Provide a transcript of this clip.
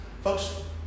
Folks